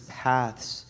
paths